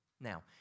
Now